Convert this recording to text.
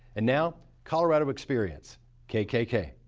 and now, colorado experience kkk.